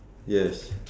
yes